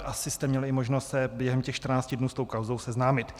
Asi jste měl i možnost se během těch 14 dnů s kauzou seznámit.